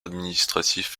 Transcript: administratif